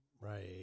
Right